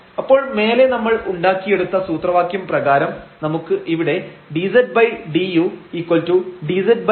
അപ്പോൾ മേലെ നമ്മൾ ഉണ്ടാക്കിയെടുത്ത സൂത്രവാക്യം പ്രകാരം നമുക്ക് ഇവിടെ ∂z ∂u ∂z ∂ x ∂x∂ u എന്നുണ്ട്